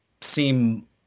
seem